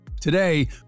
Today